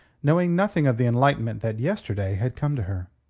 knowing nothing of the enlightenment that yesterday had come to her.